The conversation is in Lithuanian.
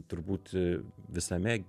turbūt visame